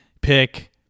Pick